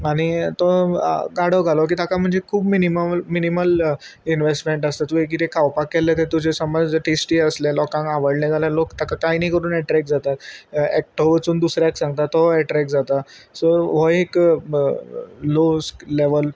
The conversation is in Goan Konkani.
आनी तो गाडो घालो की ताका म्हणजे खूब मिनीमम मिनीमल इनवेस्टमेंट आसता तुवें कितें खावपाक केल्ले तें तुजे समज टेस्टी आसले लोकांक आवडलें जाल्यार लोक ताका कांय नी करून एट्रेक्ट जाता एकठो वचून दुसऱ्याक सांगता तो एट्रेक्ट जाता सो हो एक लो लेवल